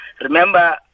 Remember